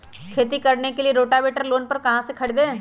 खेती करने के लिए रोटावेटर लोन पर कहाँ से खरीदे?